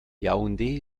yaoundé